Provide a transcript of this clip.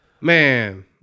Man